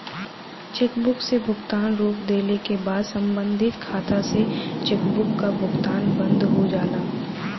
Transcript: chequebook से भुगतान रोक देले क बाद सम्बंधित खाता से चेकबुक क भुगतान बंद हो जाला